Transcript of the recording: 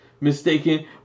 mistaken